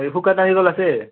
শুকান নাৰিকল আছে